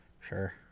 sure